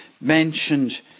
mentioned